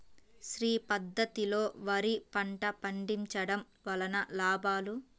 శ్రీ పద్ధతిలో వరి పంట పండించడం వలన లాభాలు?